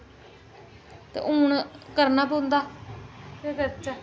ते हून करना पौंदा केह् करचे